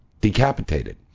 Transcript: decapitated